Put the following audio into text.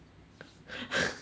she